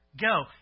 Go